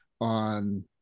on